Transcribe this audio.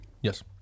Yes